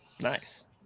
Nice